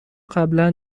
قبلا